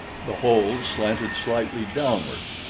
the holes slanted slightly downward.